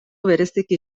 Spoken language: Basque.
bereziki